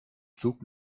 zug